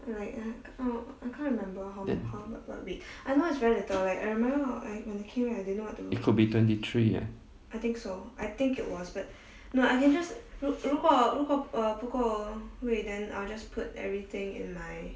then it could be twenty three uh no I didn't just 说实话哦不过为 shi hua o bu guo wei then I'll just put everything in life